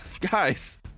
guys